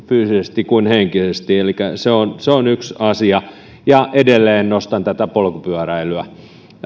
fyysisesti kuin henkisesti elikkä se on se on yksi asia ja edelleen nostan polkupyöräilyä